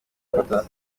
gufata